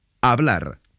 Hablar